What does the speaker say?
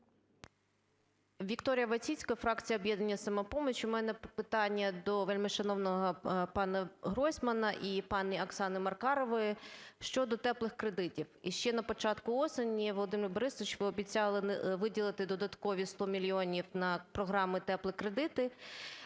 ВікторіяВойціцька, фракція "Об'єднання "Самопоміч". У мене питання до вельмишановного пана Гройсмана і пані Оксани Маркарової щодо "теплих кредитів". Ще на початку осені, Володимир Борисович, ви обіцяли виділити додаткових 100 мільйонів на програми "теплі кредити"